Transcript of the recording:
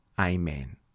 Amen